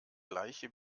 gleiche